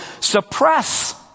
suppress